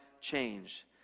change